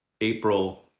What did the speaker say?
April